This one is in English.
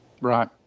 Right